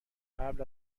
قبل